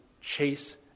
chase